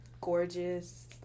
gorgeous